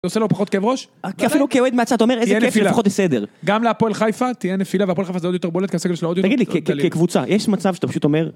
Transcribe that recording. זה עושה לו פחות כאב ראש? כי אפילו כאוהד מהצד, אתה אומר איזה כיף, יהיה נפילה... לפחות בסדר. גם להפועל חיפה, תהיה נפילה, והפועל חיפה זה עוד יותר בולט, כי הסגר שלה עוד יותר... תגיד לי, כקבוצה, יש מצב שאתה פשוט אומר...